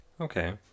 Okay